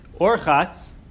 Orchatz